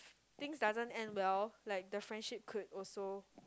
things doesn't end well like the friendship could also